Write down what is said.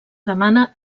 demana